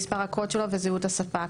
מספר הקוד שלו וזהות הספק,